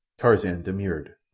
tarzan demurred.